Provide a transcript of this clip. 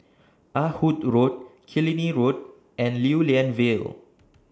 Ah Hood Road Killiney Road and Lew Lian Vale